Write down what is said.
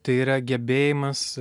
tai yra gebėjimas